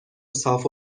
صاف